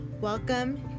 Welcome